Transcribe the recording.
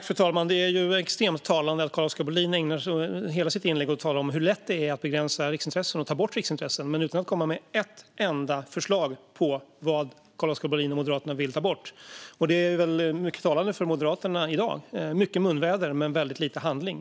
Fru talman! Det är extremt talande att Carl-Oskar Bohlin ägnar hela sitt inlägg åt att tala om hur lätt det är att begränsa riksintressen och ta bort riksintressen utan att komma med ett enda förslag på vad Carl-Oskar Bohlin och Moderaterna vill ta bort. Det är mycket talande för Moderaterna i dag - mycket munväder men väldigt lite handling.